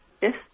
Yes